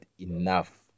enough